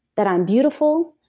that i'm beautiful,